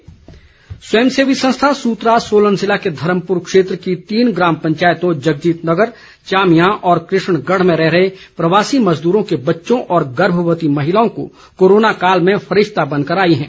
सूत्रा स्वयं सेवी संस्था सूत्रा सोलन जिला के धर्मपुर क्षेत्र की तीन ग्राम पंचायतों जगजीत नगर चामियां और कष्णगढ में रह रहे प्रवासी मजदरों के बच्चों और गर्भवती महिलाओं को कोरोना काल में फरिशता बनकर आई हैं